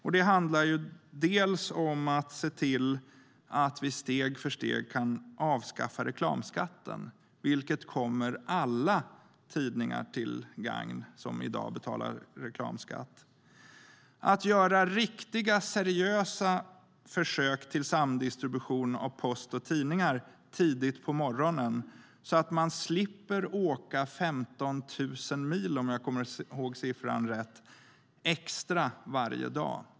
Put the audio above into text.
Om vi kan se till att steg för steg avskaffa reklamskatten gagnar det alla tidningar som i dag betalar reklamskatt. Om det görs riktiga och seriösa försök till samdistribution av post och tidningar tidigt på morgonen slipper man åka 15 000 mil extra varje dag, om jag kommer ihåg siffran rätt.